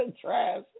Trash